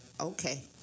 okay